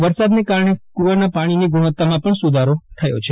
વરસાદને કારણે ક્રવાનાં પાણીની ગુણવત્તામાં પણ સુધારો થયો છે